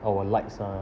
our lights ah